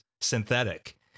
synthetic